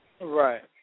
Right